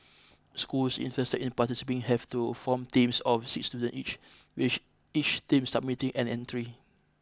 schools interested in participating have to form teams of six students each with each team submitting an entry